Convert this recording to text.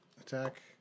attack